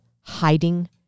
hiding